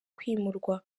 kwimurwa